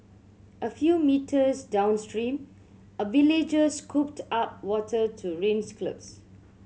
a few metres downstream a villager scooped up water to rinse cloth